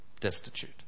destitute